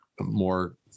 more